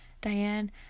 Diane